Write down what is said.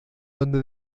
donde